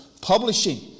publishing